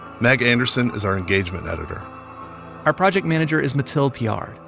meg anderson is our engagement editor our project manager is mathilde piard.